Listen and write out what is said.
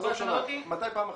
עזוב שנה, מתי בפעם האחרונה?